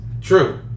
True